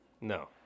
No